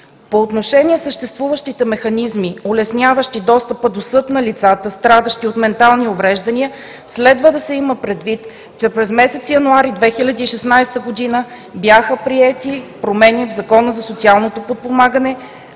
По отношение на съществуващите механизми, улесняващи достъпа до съд на лицата, страдащи от ментални увреждания, следва да се има предвид, че през месец януари 2016 г. бяха приети промени в Закона за социалното подпомагане,